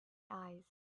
eyes